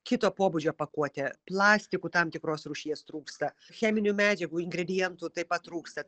kito pobūdžio pakuote plastikų tam tikros rūšies trūksta cheminių medžiagų ingredientų taip pat trūksta